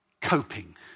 coping